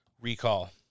recall